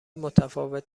متفاوت